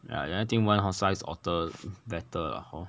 yeah and I think one horse sized otter better lah hor